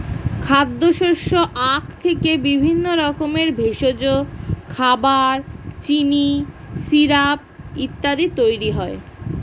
খাদ্যশস্য আখ থেকে বিভিন্ন রকমের ভেষজ, খাবার, চিনি, সিরাপ ইত্যাদি তৈরি হয়